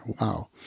wow